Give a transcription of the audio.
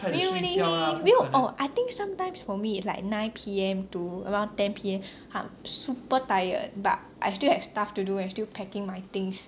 没有 leh 没有 oh I think sometimes for me it's llike nine P_M to around ten P_M I'm super tired but I still have stuff to do and still packing my things